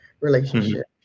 relationship